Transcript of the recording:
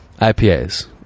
IPAs